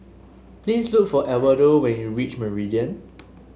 please look for Edwardo when you reach Meridian